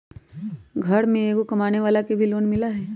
घर में एगो कमानेवाला के भी लोन मिलहई?